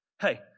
Hey